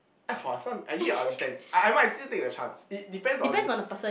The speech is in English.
have what this one actually I'll defense I I might still take the chance it depends on